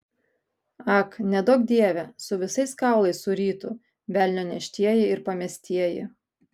ak neduok dieve su visais kaulais surytų velnio neštieji ir pamestieji